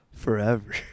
forever